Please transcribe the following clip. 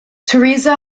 teresa